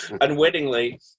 unwittingly